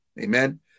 Amen